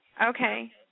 Okay